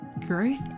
Growth